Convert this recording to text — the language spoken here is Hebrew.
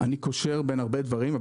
אני קושר בין הרבה דברים.